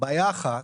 בעיה אחת,